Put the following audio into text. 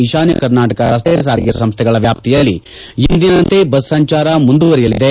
ಈಶಾನ್ನ ಕರ್ನಾಟಕ ರಸ್ತೆ ಸಾರಿಗೆ ಸಂಸ್ಥೆಗಳ ವ್ಯಾಪ್ತಿಗಳಲ್ಲಿ ಎಂದಿನಂತೆ ಬಸ್ ಸಂಚಾರ ಮುಂದುವರೆಯಲಿದೆ